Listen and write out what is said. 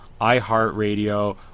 iHeartRadio